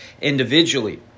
individually